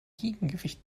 gegengewicht